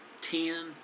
ten